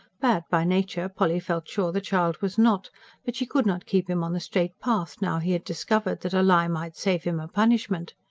bad by nature, polly felt sure the child was not but she could not keep him on the straight path now he had discovered that a lie might save him a punishment.